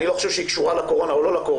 אני לא חושב שהיא קשורה לקורונה או לא קורונה,